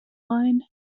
line